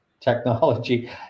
technology